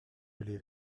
live